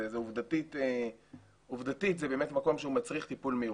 עובדתית, זה באמת מקום שהוא מצריך טיפול מיוחד.